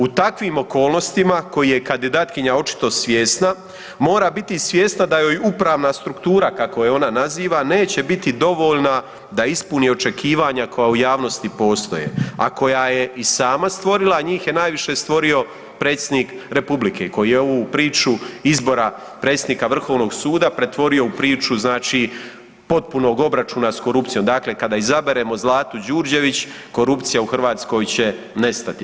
U takvim okolnostima koje je kandidatkinja očito svjesna, mora biti svjesna da joj uprava struktura kako je ona naziva, neće biti dovoljna da ispuni očekivanja koja u javnosti postoje a koja je i sama stvorila, njih je najviše stvorio Predsjednik Republike koji je ovu priču izbora predsjednika Vrhovnog suda pretvorio u priču znači potpunog obračuna s korupcijom, dakle kada izaberemo Zlatu Đurđević, korupcija u Hrvatskoj će nestati.